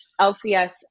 lcs